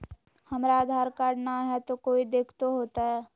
हमरा आधार कार्ड न हय, तो कोइ दिकतो हो तय?